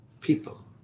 people